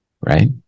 right